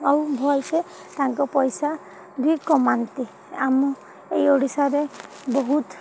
ଆଉ ଭଲସେ ତାଙ୍କ ପଇସା ବି କମାନ୍ତି ଆମ ଏଇ ଓଡ଼ିଶାରେ ବହୁତ